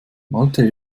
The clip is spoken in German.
malte